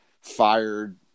fired